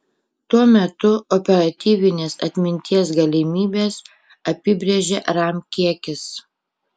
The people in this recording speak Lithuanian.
tuo metu operatyvinės atminties galimybes apibrėžia ram kiekis